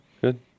good